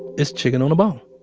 it's chicken on a bone.